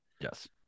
Yes